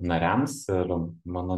nariams ir mano